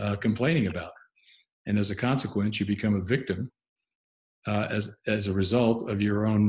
complaining about and as a consequence you become a victim as as a result of your own